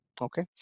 okay